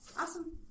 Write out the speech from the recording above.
Awesome